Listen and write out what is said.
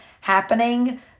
happening